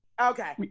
Okay